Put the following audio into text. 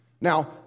Now